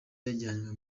yajyanywe